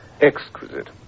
Exquisite